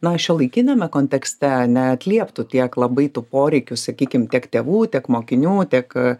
na šiuolaikiniame kontekste neatlieptų tiek labai tų poreikių sakykim tiek tėvų tiek mokinių tiek